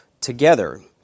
together